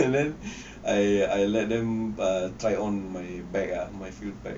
and then I I let them um try on my bag ah my full pack